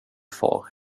far